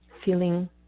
Feeling